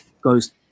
goes